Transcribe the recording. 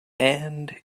and